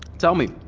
tell me,